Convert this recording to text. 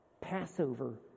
Passover